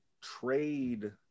trade